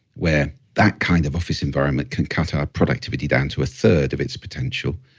where that kind of office environment can cut our productivity down to a third of its potential.